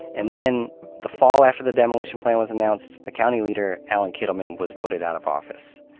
and then the fall after the demolition plan was announced, the county leader, allan kittleman, was voted out of office.